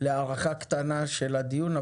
להארכה קטנה של הדיון,